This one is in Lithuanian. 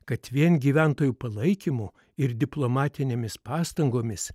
kad vien gyventojų palaikymo ir diplomatinėmis pastangomis